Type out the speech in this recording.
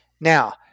Now